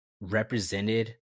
represented